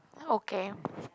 okay